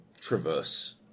traverse